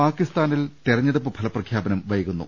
പാക്കിസ്ഥാനിൽ തെരഞ്ഞെടുപ്പ് ഫലപ്രഖ്യാപനം വൈകുന്നു